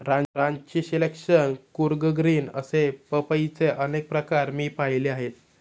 Ranchi selection, Coorg green असे पपईचे अनेक प्रकार मी पाहिले आहेत